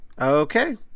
Okay